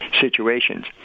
situations